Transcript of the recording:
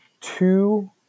two